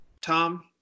Tom